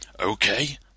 Okay